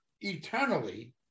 eternally